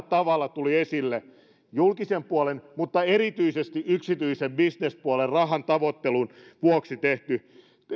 tavalla tuli esille julkisen puolen mutta erityisesti yksityisen bisnespuolen rahantavoittelun vuoksi tehty